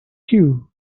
cue